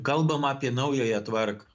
kalbama apie naująją tvarką